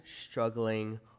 struggling